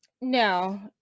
no